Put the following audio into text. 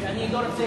ואני לא רוצה,